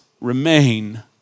remain